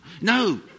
No